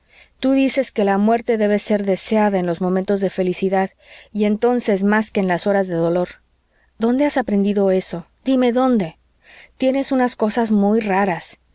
tú dices que la muerte debe ser deseada en los momentos de felicidad y entonces más que en las horas de dolor dónde has aprendido eso dime dónde tienes unas cosas muy raras